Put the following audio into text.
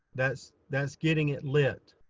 that's that's getting it lit.